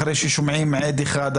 אחרי ששומעים עד אחד,